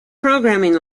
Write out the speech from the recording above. programming